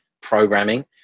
programming